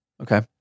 Okay